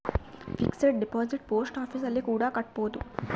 fixed deposit post office ಅಲ್ಲಿ ಕೂಡ ಕಟ್ಬೋದು